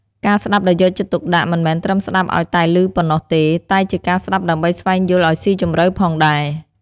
ការស្តាប់ដោយយកចិត្តទុកដាក់ មិនមែនត្រឹមស្តាប់ឲ្យតែលឺប៉ុណ្ណោះទេ តែជាការស្តាប់ដើម្បីស្វែងយល់ឲ្យសុីជម្រៅផងដែរ។